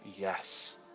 yes